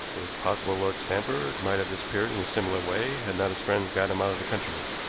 it is possible lord stanford might have disappeared in a similar way had not his friends got him out of the country.